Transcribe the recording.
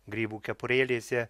grybų kepurėlėse